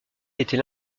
était